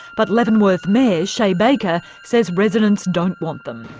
but leavenworth mayor, shay baker, says residents don't want them.